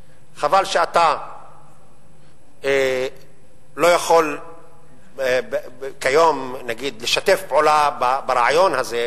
חבל שאתה לא יכול כיום לשתף פעולה ברעיון הזה,